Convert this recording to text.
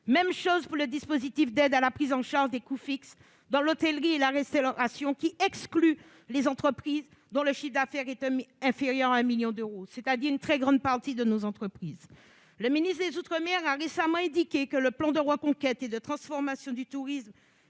même des dispositifs d'aide à la prise en charge des coûts fixes dans l'hôtellerie et la restauration, qui excluent les entreprises dont le chiffre d'affaires est inférieur à un million d'euros- soit une très large partie de nos entreprises. Le ministre des outre-mer a récemment indiqué que le plan de reconquête et de transformation du tourisme,